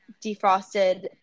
defrosted